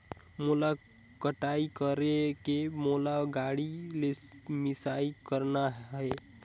मोला कटाई करेके मोला गाड़ी ले मिसाई करना हे?